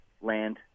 land